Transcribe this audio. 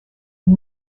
and